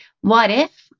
what-if